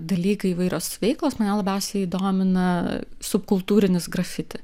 dalykai įvairios veiklos mane labiausiai domina subkultūrinis grafiti